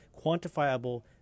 quantifiable